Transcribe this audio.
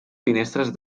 finestres